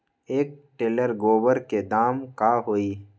एक टेलर गोबर के दाम का होई?